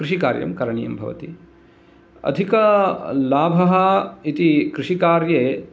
कृषिकार्यं करणीयं भवति अधिकलाभः इति कृषिकार्ये